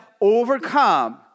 overcome